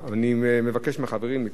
אני מבקש מהחברים לתמוך.